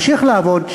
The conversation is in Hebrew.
או ממשיך לעבוד,